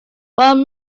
one